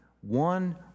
one